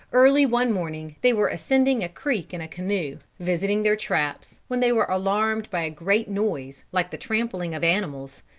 early one morning, they were ascending a creek in a canoe, visiting their traps, when they were alarmed by a great noise, like the trampling of animals.